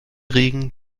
regen